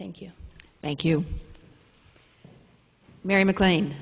thank you thank you mary maclan